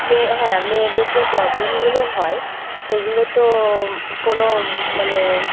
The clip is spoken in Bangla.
মেয়ে হ্যাঁ মেয়েদের যে প্রবলেমগুলো হয় সেগুলো তো কোনো মানে